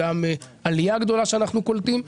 אם בעלייה גדולה שאנחנו קולטים,